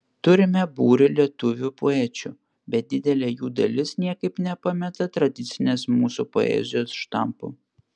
turime būrį lietuvių poečių bet didelė jų dalis niekaip nepameta tradicinės mūsų poezijos štampų